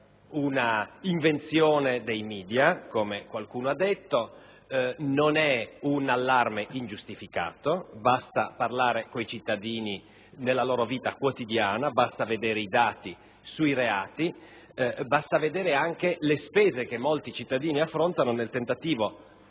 un'invenzione dei media, come qualcuno ha detto, non è un allarme ingiustificato: basta parlare con i cittadini della loro vita quotidiana, basta analizzare i dati sui reati, basta pensare anche alle spese che molti cittadini affrontano nel tentativo,